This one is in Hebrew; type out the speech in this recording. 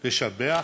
לשבח,